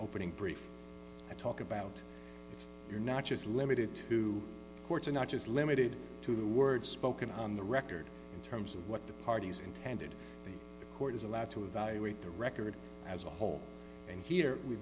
opening brief talk about it you're not just limited to courts are not just limited to the words spoken on the record in terms of what the parties intended the court is allowed to evaluate the record as a whole and here we